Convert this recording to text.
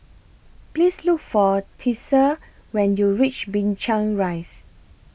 Please Look For Tessa when YOU REACH Binchang Rise